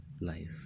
life